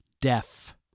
deaf